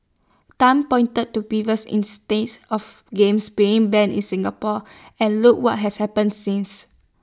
Tan pointed to previous instances of games being banned in Singapore and look what has happened since